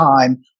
time